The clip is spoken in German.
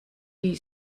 die